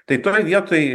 tai toj vietoj